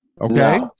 okay